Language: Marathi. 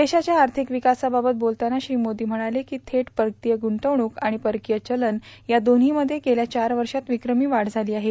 देशाच्या आर्थिक विकासाबाबत बोलताना श्री मोदी म्हणाले की थेट परकीय ग्रंतवणूक आणि परकीय चलन या दोव्हीमध्ये गेल्या चार वर्षात विक्रमी वाढ झाली आहे